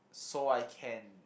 so I can